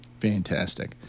Fantastic